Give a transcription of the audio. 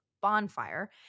Bonfire